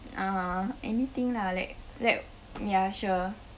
(uh huh) anything lah like like ya sure